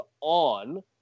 on